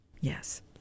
Yes